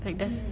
like there's